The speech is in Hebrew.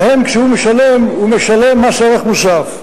להם, כשהוא משלם, הוא משלם מס ערך מוסף,